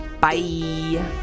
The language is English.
Bye